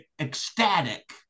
ecstatic